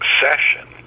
session